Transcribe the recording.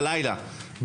בלילה,